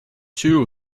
two